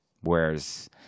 Whereas